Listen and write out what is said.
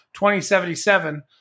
2077